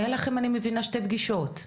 אני מבינה שהיו לכם שתי פגישות.